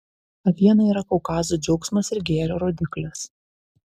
aviena yra kaukazo džiaugsmas ir gėrio rodiklis